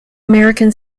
american